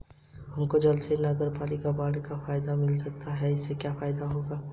हमको जल्द ही नगरपालिका बॉन्ड का फायदा मिल सकता है